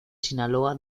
sinaloa